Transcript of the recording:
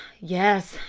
yes,